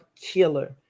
killer